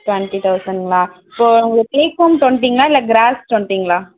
twenty தௌசண்ட்ங்களா so உங்களுக்கு come டொண்ட்டிங்களா இல்லை க்ராஸ் டொண்ட்டிங்களா